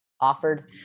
offered